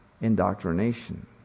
indoctrination